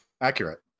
Accurate